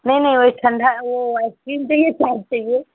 नहीं नहीं वही ठंडा है वह आइसक्रीम चाहिए चाट चाहिए